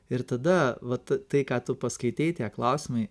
ir tada vat tai ką tu paskaitei tie klausimai